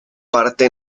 parte